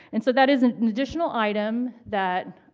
and so that is an an additional item that